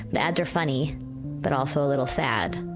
the ads are funny but also a little sad,